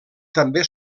també